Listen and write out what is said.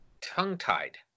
tongue-tied